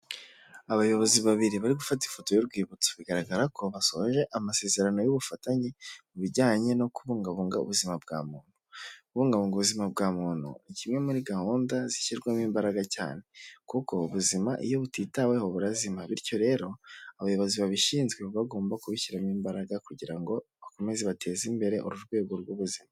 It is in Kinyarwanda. Abayobozi babiri bari gufata ifoto y'urwibutso bigaragara ko basoje amasezerano y'ubufatanye mu bijyanye no kubungabunga ubuzima bwa muntu ,kubungabunga ubuzima bwa muntu kimwe muri gahunda zishyirwamo imbaraga cyane kuko ubuzima iyo butitaweho burazima ,bityo rero abayobozi babishinzwe bagomba kubishyiramo imbaraga kugira ngo bakomeze bateze imbere uru rwego rw'ubuzima.